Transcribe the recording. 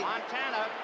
Montana